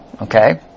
okay